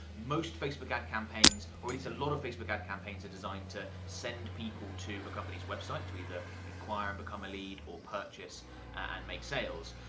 most facebook ad campaigns, or it's a lot of facebook ad campaigns are designed to send people to a but company's website to either inquire and become a lead, or purchase and make sales.